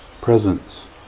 presence